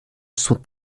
sont